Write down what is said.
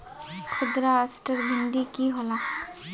खुदरा असटर मंडी की होला?